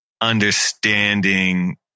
understanding